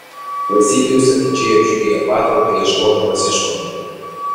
vasilijus atidžiai apžiūrėjo patalpą ieškodamas išmatų